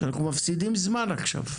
אנחנו מפסידים זמן עכשיו.